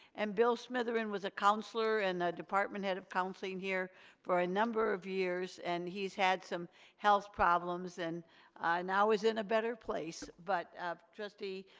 and bill smitherin was a counselor and department head of counseling here for a number of years. and he's had some health problems and now he's in a better place. but trustee,